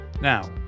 now